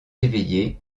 éveillé